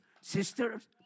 sisters